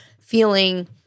feeling